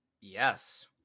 Yes